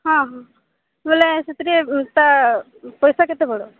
ହଁ ହଁ ବଏଲେ ସେଥିରେ ତା ପଇସା କେତେ ପଡ଼ିବ